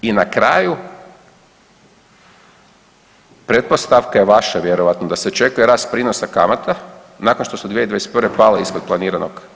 I na kraju pretpostavka je vaša vjerojatno da se čekaju rast prinosa kamata nakon što su 2021. pale ispod planiranog.